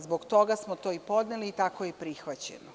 Zbog toga smo to i podneli i tako je i prihvaćeno.